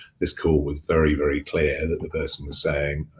this call was very, very clear that the person was saying,